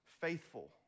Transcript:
faithful